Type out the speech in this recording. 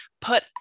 put